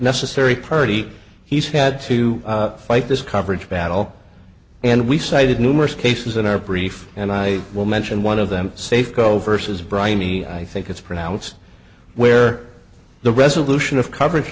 necessary party he's had to fight this coverage battle and we cited numerous cases in our brief and i will mention one of them safeco versus brian me i think it's pronounced where the resolution of coverage